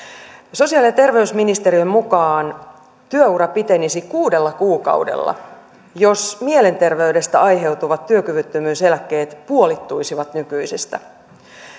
sosiaali ja ja terveysministeriön mukaan työura pitenisi kuudella kuukaudella jos mielenterveydestä aiheutuvat työkyvyttömyyseläkkeet puolittuisivat nykyisestä